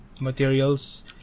materials